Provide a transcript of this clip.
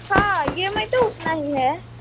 हाँ E M I तो उतना ही है